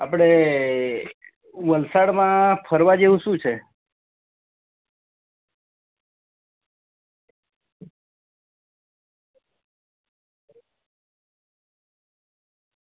આપણે વલસાડમાં ફરવા જેવું શું છે